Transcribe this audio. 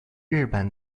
日本